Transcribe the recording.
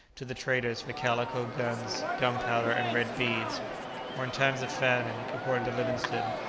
to the traders for calico, guns, gunpowder and red beads or in times of famine, according to livingstone,